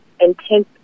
intense